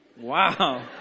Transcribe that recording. Wow